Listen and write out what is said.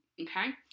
okay